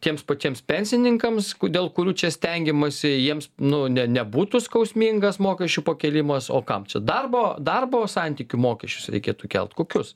tiems patiems pensininkams dėl kurių čia stengiamasi jiems nu ne nebūtų skausmingas mokesčių pakėlimas o kam čia darbo darbo santykių mokesčius reikėtų kelt kokius